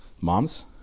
Moms